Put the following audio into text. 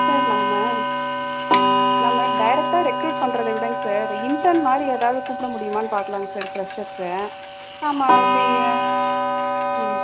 sir நாம நம்ம டேரெக்டாக ரெக்ரூட் பண்ணுறதவிடங்க சார் இன்டெர்ன் மாதிரி எதாவது கூப்பிட முடியுமான்னு பார்க்கலாங்க சார் ஃப்ரெஷர்ஸ் ஆ மாதி ம்